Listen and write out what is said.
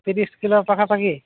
ତିରିଶ କିଲୋ ପାଖାପାଖି